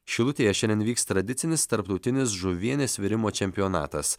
šilutėje šiandien vyks tradicinis tarptautinis žuvienės virimo čempionatas